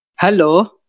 Hello